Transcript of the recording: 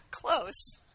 Close